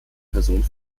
personen